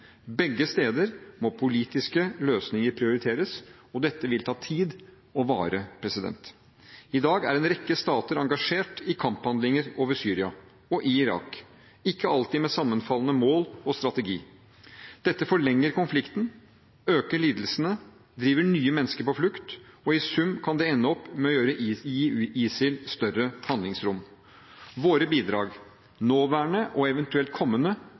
Begge steder må politiske løsninger prioriteres, og dette vil ta tid og vare. I dag er en rekke stater engasjert i kamphandlinger over Syria, og i Irak, ikke alltid med sammenfallende mål og strategi. Dette forlenger konflikten, øker lidelsene, driver nye mennesker på flukt – og i sum kan det ende opp med å gi ISIL større handlingsrom. Våre bidrag, nåværende og eventuelt kommende,